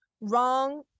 wrong